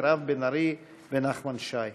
מירב בן ארי ונחמן שי.